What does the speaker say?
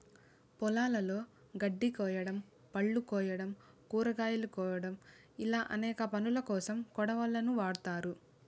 పొలాలలో గడ్డి కోయడం, పళ్ళు కోయడం, కూరగాయలు కోయడం ఇలా అనేక పనులకోసం కొడవళ్ళను వాడ్తారు